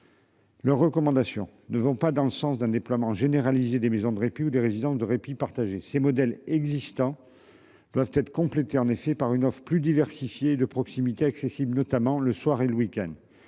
Leurs recommandations ne vont pas dans le sens d'un déploiement généralisé des maisons de répit ou des résidences de répit partager ses modèles existants. Doivent être complétées en effet par une offre plus diversifiée de proximité accessibles, notamment le soir et le week-end.